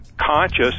conscious